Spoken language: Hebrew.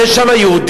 יש שם יהודים?